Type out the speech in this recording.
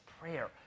prayer